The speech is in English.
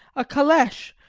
a caleche,